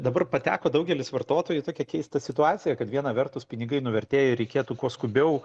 dabar pateko daugelis vartotojų į tokią keistą situaciją kad viena vertus pinigai nuvertėja ir reikėtų kuo skubiau